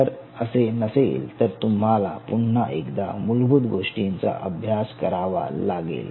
जर असे नसेल तर तुम्हाला पुन्हा एकदा मूलभूत गोष्टींचा अभ्यास करावा लागेल